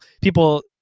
people